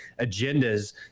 agendas